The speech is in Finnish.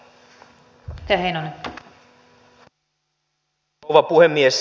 arvoisa rouva puhemies